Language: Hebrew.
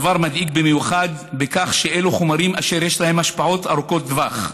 הדבר מדאיג במיוחד כי אלה חומרים שיש להם השפעות ארוכות טווח.